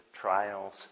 trials